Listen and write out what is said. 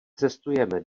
cestujeme